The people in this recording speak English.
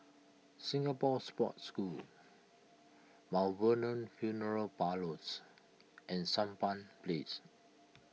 Singapore Sports School Mount Vernon funeral Parlours and Sampan Place